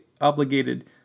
obligated